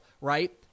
right